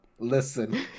listen